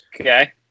Okay